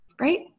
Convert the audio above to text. right